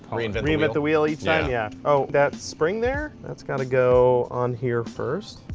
um reinvent reinvent the wheel each time, yeah. oh that spring there, that's got to go on here first,